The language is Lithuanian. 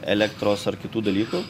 elektros ar kitų dalykų